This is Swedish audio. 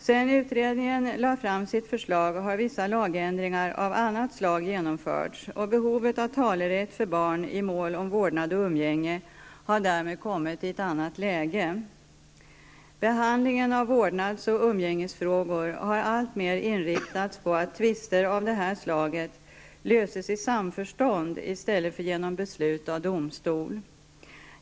Sedan utredningen lade fram sitt förslag har vissa lagändringar av annat slag genomförts och behovet av talerätt för barn i mål om vårdnad och umgänge har därmed kommit i ett annat läge. Behandlingen av vårdnads och umgängesfrågor har alltmer inriktats på att tvister av det här slaget löses i samförstånd i stället för genom beslut av domstol.